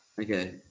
Okay